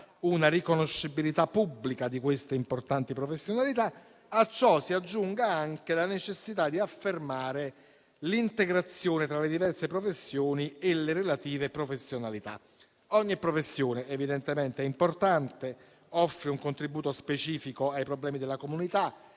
una riconoscibilità pubblica di queste importanti professionalità. A ciò si aggiunga anche la necessità di affermare l'integrazione tra le diverse professioni e le relative professionalità. Ogni professione è importante, offre un contributo specifico ai problemi della comunità,